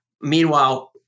Meanwhile